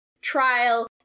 trial